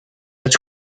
als